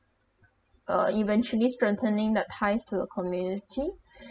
uh eventually strengthening the ties to the community